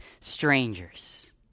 strangers